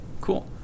cool